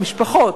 משפחות